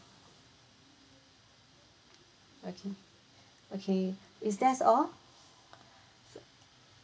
okay okay is that's all